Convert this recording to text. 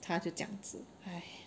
他就这样子 !hais!